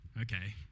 okay